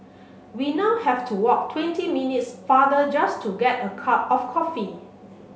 we now have to walk twenty minutes farther just to get a cup of coffee